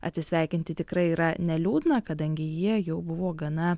atsisveikinti tikrai yra neliūdna kadangi jie jau buvo gana